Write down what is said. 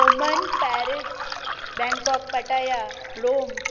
Oman Paris Bangkok Pattaya Rome